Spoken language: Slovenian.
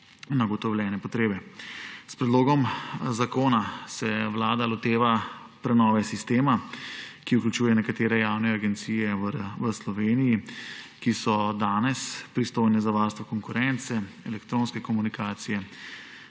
potrebe. S predlogom zakona se Vlada loteva prenove sistema, ki vključuje nekatere javne agencije v Sloveniji, ki so danes pristojne za: varstvo konkurence, elektronske komunikacije,